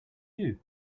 you